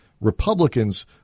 Republicans